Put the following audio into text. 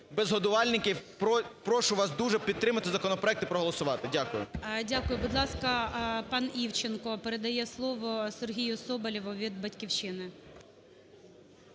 без годувальників. Прошу вас дуже підтримати законопроект і проголосувати. Дякую. ГОЛОВУЮЧИЙ. Дякую. Будь ласка, пан Івченко. Передає слово Сергію Соболєву від "Батьківщини".